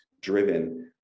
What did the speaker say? driven